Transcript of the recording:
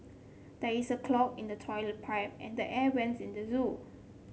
there is a clog in the toilet pipe and the air vents in the zoo